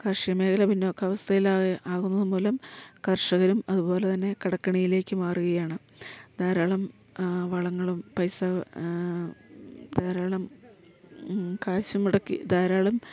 കർഷികമേഖല പിന്നോക്കാവസ്ഥയിലായ ആകുന്നതു മൂലം കർഷകരും അതു പോലെ തന്നെ കടക്കെണിയിലേക്ക് മാറുകയാണ് ധാരാളം വളങ്ങളും പൈസ ധാരാളം കാശു മുടക്കി ധാരാളം